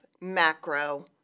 macro